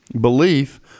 belief